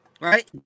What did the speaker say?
right